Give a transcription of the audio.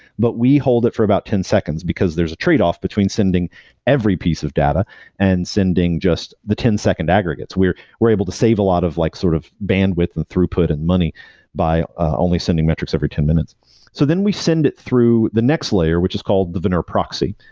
but we hold it for about ten seconds, because there's a trade-off between sending every piece of data and sending just the ten second aggregates. we're we're able to save a lot of like sort of bandwidth and throughput and money by ah only sending metrics every ten minutes so then we send it through the next layer, which is called the veneur proxy.